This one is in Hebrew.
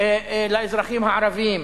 לאזרחים הערבים,